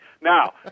Now